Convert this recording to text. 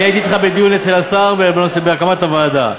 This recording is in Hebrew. אני הייתי אתך בדיון אצל השר בהקמת הוועדה.